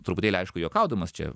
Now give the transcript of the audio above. truputėlį aišku juokaudamas čia